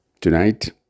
Tonight